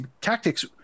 tactics